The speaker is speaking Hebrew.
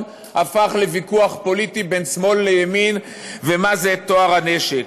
הפך לוויכוח פוליטי בין שמאל לימין ומה זה טוהר הנשק.